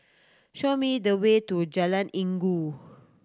show me the way to Jalan Inggu